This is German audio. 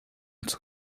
zur